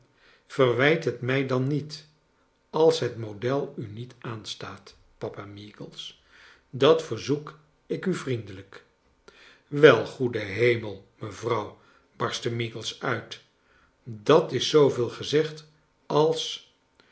verwijt het mij dan niet als het model u niet aanstaat papa meagles dat verzoek ik u vriendelijk wel goede hemel mevrouw i barstte meagles uit dat is zooveel gezegd als